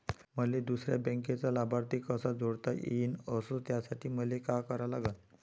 मले दुसऱ्या बँकेचा लाभार्थी कसा जोडता येईन, अस त्यासाठी मले का करा लागन?